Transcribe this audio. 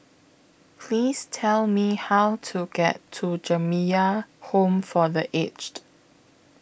Please Tell Me How to get to Jamiyah Home For The Aged